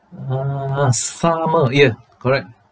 uh s~ summer ya correct